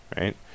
right